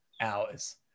hours